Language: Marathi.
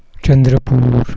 चंद्रपूर